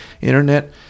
internet